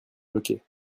bloquée